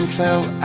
fell